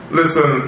listen